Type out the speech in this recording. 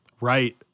Right